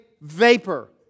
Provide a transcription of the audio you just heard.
vapor